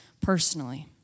personally